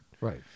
Right